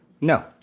No